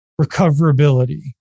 recoverability